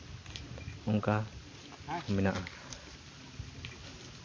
ᱚᱱᱠᱟ ᱢᱮᱱᱟᱜᱼᱟ